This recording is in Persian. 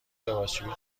لباسشویی